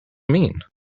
mean